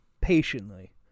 patiently